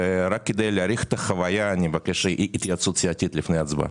רק כדי להאריך את החוויה אני מבקש התייעצות סיעתית לפני ההצבעה.